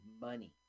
money